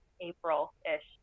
April-ish